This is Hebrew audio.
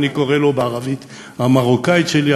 ואני קורא לו בערבית המרוקאית שלי,